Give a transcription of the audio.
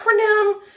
acronym